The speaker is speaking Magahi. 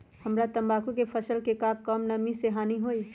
हमरा तंबाकू के फसल के का कम नमी से हानि होई?